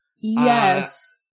Yes